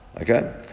Okay